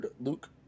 Luke